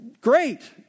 Great